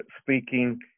speaking